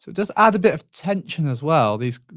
so it does add a bit of tension as well, this